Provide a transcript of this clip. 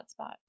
hotspot